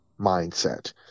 mindset